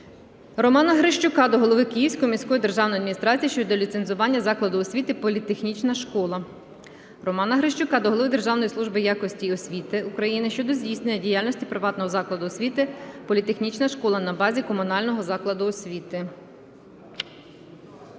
Романа Грищука до голови Київської міської державної адміністрації щодо ліцензування закладу освіти "Політехнічна школа". Романа Грищука до Голови Державної служби якості освіти України щодо здійснення діяльності приватного закладу освіти "Політехнічна школа" на базі комунального закладу освіти.